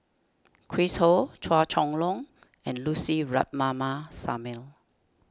Chris Ho Chua Chong Long and Lucy Ratnammah Samuel